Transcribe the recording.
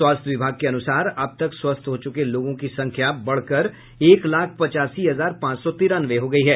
स्वास्थ्य विभाग के अनुसार अबतक स्वस्थ हो चुके लोगों की संख्या बढ़कर एक लाख पचासी हजार पांच सौ तिरानवे हो गई है